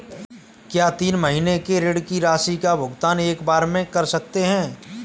क्या तीन महीने के ऋण की राशि का भुगतान एक बार में कर सकते हैं?